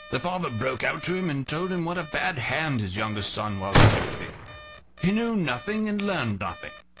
the father broke out to him, and told him what a bad hand his youngest son was at everything he knew nothing and learned nothing.